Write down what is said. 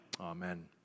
Amen